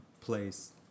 place